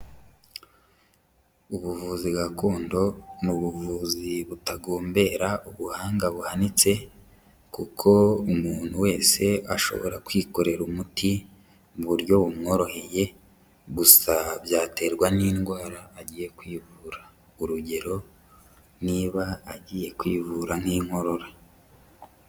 Ubuvuzi gakondo ni ubuvuzi butagombera ubuhanga buhanitse kuko umuntu wese ashobora kwikorera umuti mu buryo bumworoheye, gusa byaterwa n'indwara agiye kwivura. Urugero niba agiye kwivura nk'inkorora.